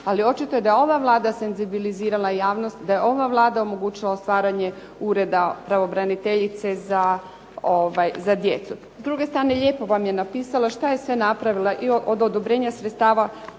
ali očito je da je ova Vlada senzibilizirala javnost, da je ova Vlada omogućila stvaranje Ureda pravobraniteljice za djecu. S druge strane, lijepo vam je napisala što je sve napravila i od odobrenja sredstava